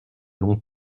long